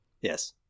Yes